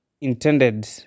intended